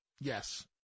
Yes